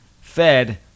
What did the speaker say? fed